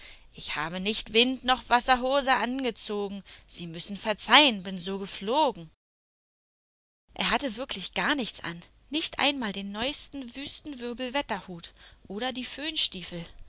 freut habe nicht wind noch wasserhose angezogen sie müssen verzeihen bin so geflogen er hatte wirklich gar nichts an nicht einmal den neuen wüstenwirbelwetterhut oder die